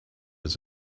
his